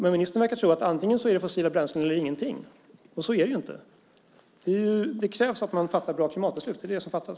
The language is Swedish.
Ministern verkar tro att det är antingen fossila bränslen eller ingenting. Så är det inte. Det krävs att man fattar bra klimatbeslut. Det är det som fattas.